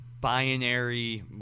binary